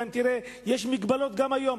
תראה שיש מגבלות גם היום,